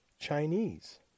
Chinese